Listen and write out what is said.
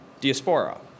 diaspora